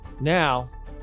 now